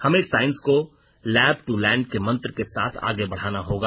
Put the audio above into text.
हमें साइंस को lab to land के मंत्र के साथ आगे बढ़ाना होगा